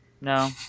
No